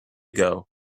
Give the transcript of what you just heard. ago